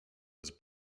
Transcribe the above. was